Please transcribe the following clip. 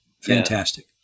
Fantastic